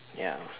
ya